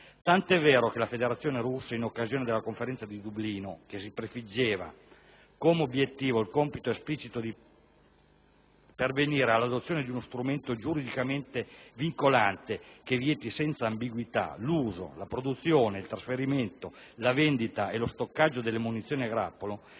Tant'è vero che la Federazione Russa, in occasione della Conferenza di Dublino, che si prefiggeva come obiettivo il compito esplicito di pervenire all'adozione di «uno strumento giuridicamente vincolante che vieti senza ambiguità, l'uso, la produzione, il trasferimento, la vendita e lo stoccaggio delle munizioni a grappolo»,